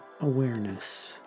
awareness